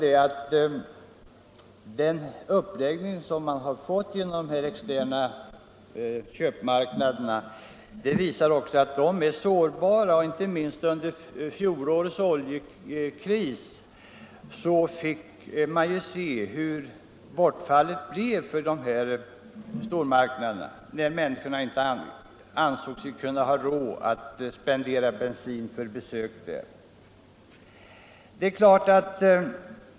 Dessa köpmarknaders extrema uppläggning gör också att de är sårbara. Det framgick inte minst under fjolårets oljekris då stormarknaderna fick ett kraftigt kundbortfall, eftersom människorna inte ansåg sig ha råd att spendera pengar på bensin för besök på dessa.